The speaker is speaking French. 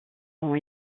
ont